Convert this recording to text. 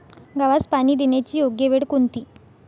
गव्हास पाणी देण्याची योग्य वेळ कोणती?